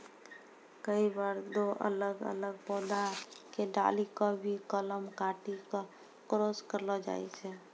कई बार दो अलग अलग पौधा के डाली कॅ भी कलम काटी क क्रास करैलो जाय छै